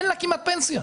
כמעט ואין לה פנסיה.